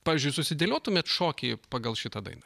pavyzdžiui susidėliotumėt šokį pagal šitą dainą